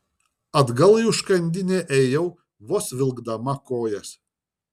atgal į užkandinę ėjau vos vilkdama kojas